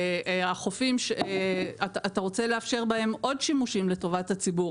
החופים אתה רוצה לאפשר בהם עוד שימושים לטובת הציבור,